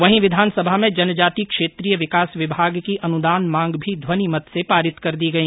वहीं विधानसभा में जनजाति क्षेत्रीय विकास विभाग की अनुदान मांग भी ध्वनिमत से पारित कर दी गई